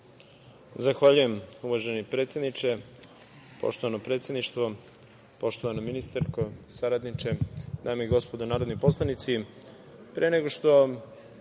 Zahvaljujem, uvaženi predsedniče. Poštovano predsedništvo, poštovana ministarko, saradniče, dame i gospodo narodni poslanici,